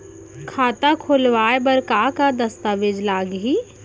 खाता खोलवाय बर का का दस्तावेज लागही?